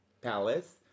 palace